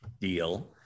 deal